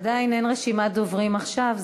עדיין אין רשימת דוברים עכשיו,